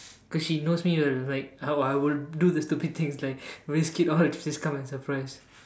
cause she knows me like how I will do the stupid things like risk it all just to come and surprise